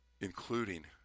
including